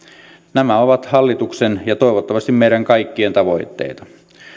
nämä ovat hallituksen ja toivottavasti meidän kaikkien tavoitteita